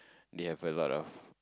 they have a lot of